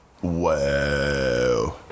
Whoa